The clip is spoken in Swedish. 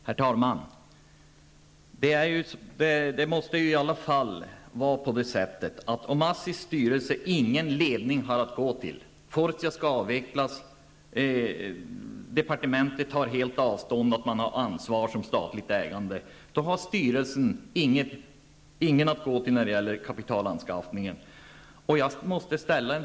Herr talman! Det måste under alla förhållanden vara så, att om ASSIs styrelse inte har någon ledning att gå till, om Fortia skall avvecklas och om departementet helt tar avstånd från att man har ansvar i ett statligt ägande, har styrelsen ingen att vända sig till när det gäller kapitalanskaffningen.